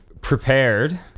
prepared